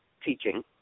teaching